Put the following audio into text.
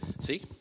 See